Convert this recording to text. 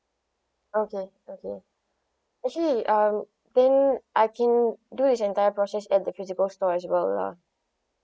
okay okay actually um I think I can do this entire process at the physical store as well lah